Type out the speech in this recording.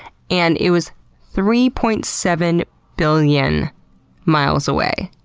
and it was three point seven billion miles away.